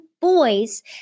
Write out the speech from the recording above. boys